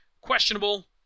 Questionable